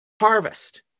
harvest